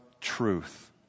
truth